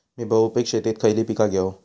मी बहुपिक शेतीत खयली पीका घेव?